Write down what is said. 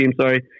sorry